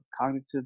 cognitive